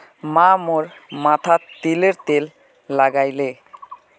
माँ मोर माथोत तिलर तेल लगाले